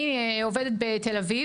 אני עובדת בתל אביב,